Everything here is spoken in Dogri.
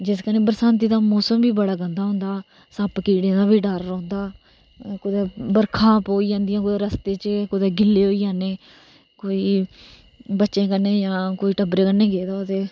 जिस कन्नै बरसाती दा मौसम बड़ा गंदा होंदा सप्प कीडे़ दा बी डर रौंहदा कुतै बर्खा पेई जानी जियां कुतै रस्ते च कुतै गिल्ले होई जाने कोई बच्चे कन्नै जां कोई टब्बरे कन्नै गेदा होऐ ते